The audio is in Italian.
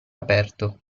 aperto